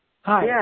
Hi